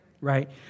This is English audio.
right